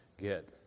get